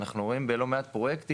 אנחנו רואים בלא מעט פרויקטים,